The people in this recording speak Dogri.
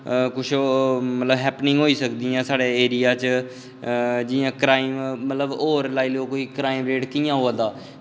कुछ मतलब हैपनिंग होई सकदे न साढ़े एरिया च जि'यां क्राईम होर लाई लैओ मतलब क्राईम रेट कि'यां होआ दा